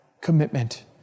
commitment